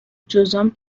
جذام